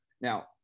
Now